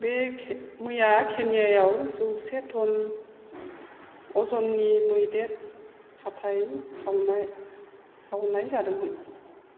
बे मैया केन्यायाव जौसे टन अजननि मैदेर हाथाइ सावना सावनाय जादोंमोन